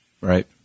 right